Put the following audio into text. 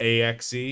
AXE